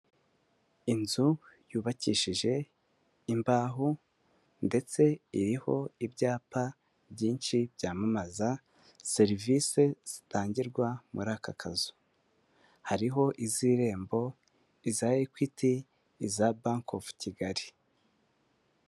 Inzu yubakishije imbaho ndetse iriho ibyapa byinshi byamamaza serivise zitangirwa muri aka kazu, hariho iz'irembo, iza ekwiti, iza banke ofu Kigali.